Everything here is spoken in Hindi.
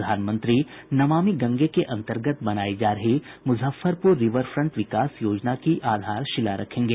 प्रधानमंत्री नमामि गंगे के अंतर्गत बनाई जा रही मुजफ्फरपुर रिवरफ्रंट विकास योजना की आधारशिला रखेंगे